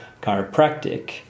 chiropractic